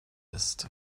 ist